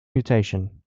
mutation